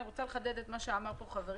אני רוצה לחדד את מה שאמר כאן חברי.